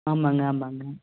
ஆமாங்க ஆமாங்க